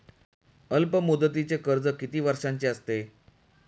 अल्पमुदतीचे कर्ज किती वर्षांचे असते?